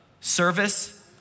service